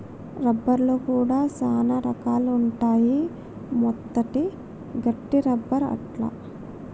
rubber లో కూడా చానా రకాలు ఉంటాయి మెత్తటి, గట్టి రబ్బర్ అట్లా